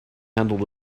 handled